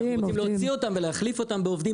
אנחנו רוצים להוציא אותם ולהחליף אותם בעובדים